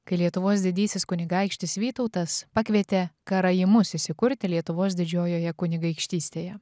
kai lietuvos didysis kunigaikštis vytautas pakvietė karaimus įsikurti lietuvos didžiojoje kunigaikštystėje